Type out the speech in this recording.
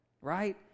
right